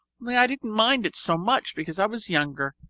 only i didn't mind it so much because i was younger,